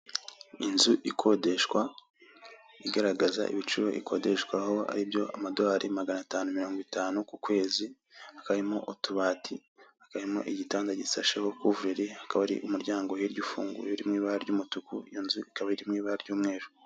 Inzu ikodeshwa, igaragaza ibiciro ikodeshwaho, ari byo amadorari magana tanu mirongo itanu ku kwezi, hakaba harimo utubati, hakaba harimo igitanda gisasheho kuvureri, hakaba hari umuryango hirya ufunguye, uri mu ibara ry'umutuku, iyo nzu ikaba iri mu ibara ry'umweru.